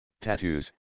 tattoos